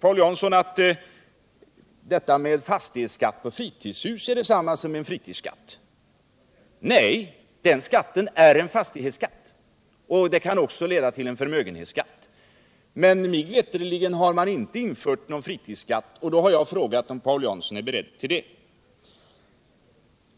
Paul Jansson sade också att fastighetsskatt på fritidshus är detsamma som fritidsskatt. Men den skawten är i stället en fastighetsskatt, och den kan också leda till en förmögenhetsskatt. Mig veterligen har man inte infört någon fritidsskatt, och då har jag frågat om Paul Jansson är beredd att införa en sådan. Herr talman!